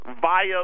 via